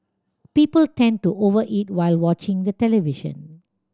people tend to over eat while watching the television